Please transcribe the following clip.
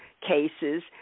cases